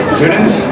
Students